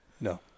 No